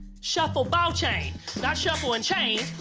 shuffle, ball change. not shuffle and change.